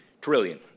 trillion